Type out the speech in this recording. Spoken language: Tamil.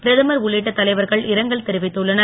பிரதமர் உள்ளிட்ட தலைவர்கள் இரங்கல் தெரிவித்துள்ளனர்